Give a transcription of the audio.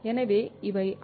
எனவே இவை ஐ